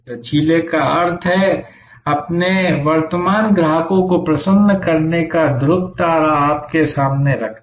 लचीले का अर्थ है कि अपने वर्तमान ग्राहकों को प्रसन्न करने का ध्रुव तारा आपके सामने रखना